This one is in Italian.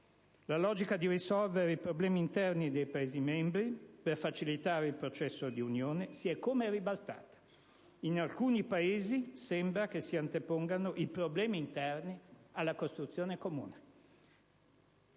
la logica di risolvere i problemi interni dei Paesi membri per facilitare il processo di unione, si è come ribaltata. In alcuni Paesi sembra che si antepongano i problemi interni alla costruzione comune.